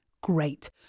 Great